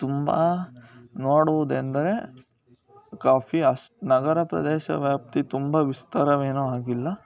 ತುಂಬ ನೋಡುವುದೆಂದರೆ ಕಾಫಿ ಅಷ್ಟು ನಗರ ಪ್ರದೇಶ ವ್ಯಾಪ್ತಿ ತುಂಬ ವಿಸ್ತಾರವೇನು ಆಗಿಲ್ಲ